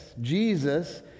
Jesus